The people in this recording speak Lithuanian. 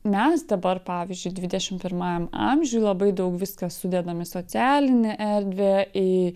mes dabar pavyzdžiui dvidešim pirmajam amžiuj labai daug viską sudedam į socialinę erdvę į